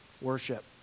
worship